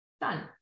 done